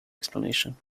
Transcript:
explanation